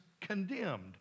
condemned